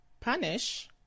punish